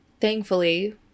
thankfully